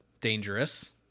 dangerous